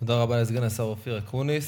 תודה רבה לסגן השר אופיר אקוניס.